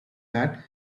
that